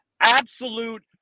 Absolute